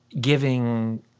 giving